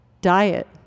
diet